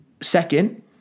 Second